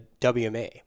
WMA